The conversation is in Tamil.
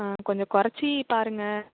ஆ கொஞ்சம் கொறைச்சி பாருங்கள்